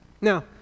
Now